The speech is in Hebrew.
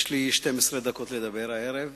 יש לי 12 דקות לדבר הערב.